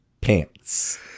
pants